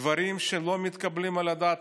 דברים שלא מתקבלים על הדעת.